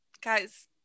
Guys